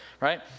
Right